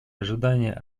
ожидания